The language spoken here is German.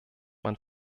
mein